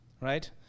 Right